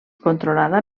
controlada